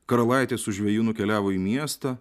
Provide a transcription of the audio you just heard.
karalaitė su žveju nukeliavo į miestą